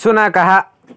शुनकः